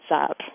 up